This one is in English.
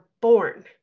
born